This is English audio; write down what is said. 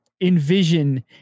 envision